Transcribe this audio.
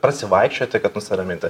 prasivaikščioti kad nusiraminti